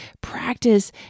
practice